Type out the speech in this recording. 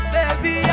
Baby